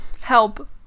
Help